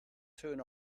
turn